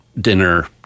dinner